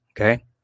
Okay